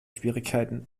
schwierigkeiten